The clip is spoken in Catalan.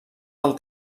del